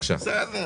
בסדר.